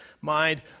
mind